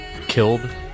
killed